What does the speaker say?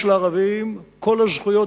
יש לערבים כל הזכויות